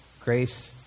Grace